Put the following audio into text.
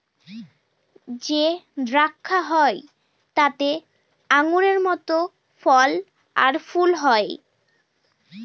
যে দ্রাক্ষা হয় তাতে আঙুরের মত ফল আর ফুল হয়